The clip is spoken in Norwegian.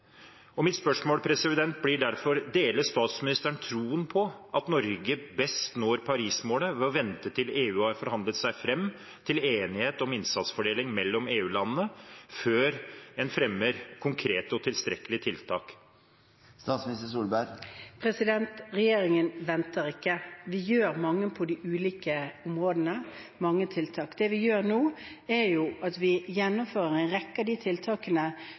Mitt spørsmål blir derfor: Deler statsministeren troen på at Norge best når Paris-målet ved å vente til EU har forhandlet seg fram til enighet om innsatsfordelingen mellom EU-landene, før en fremmer konkrete og tilstrekkelige tiltak? Regjeringen venter ikke. Vi gjør mye på de ulike områdene, med mange tiltak. Det vi gjør nå, er at vi gjennomfører en rekke av de tiltakene